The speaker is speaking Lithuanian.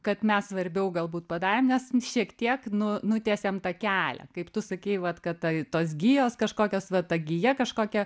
kad mes svarbiau galbūt padarėm nes šiek tiek nu nutiesiam tą kelią kaip tu sakei vat kad tai tos gijos kažkokios va ta gija kažkokia